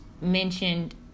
mentioned